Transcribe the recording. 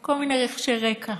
כל מיני רחשי רקע: